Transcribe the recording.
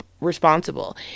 responsible